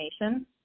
information